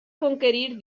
conquerir